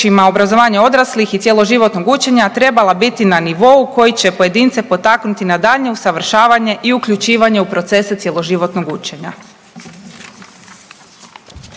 obrazovanja odraslih i cjeloživotnog učenja trebala biti na nivou koji će pojedince potaknuti na daljnje usavršavanje i uključivanje u procese cjeloživotnog učenja.